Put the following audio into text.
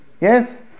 Yes